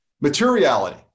materiality